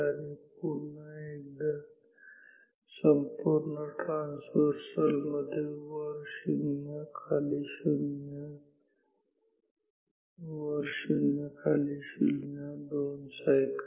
आणि पुन्हा एकदा एका संपूर्ण ट्रान्सव्हर्सल मध्ये वर 0 खाली 0 वर 0 खाली 0 दोन सायकल